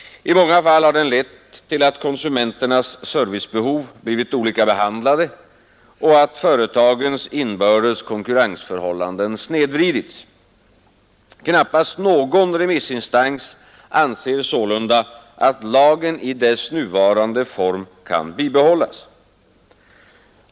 I många fall har den lett till att konsumenternas servicebehov blivit olika behandlade och att företagens inbördes konkurrensförhållanden snedvridits. Knappast någon remissinstans anser sålunda att lagen i dess nuvarande utformning kan bibehållas.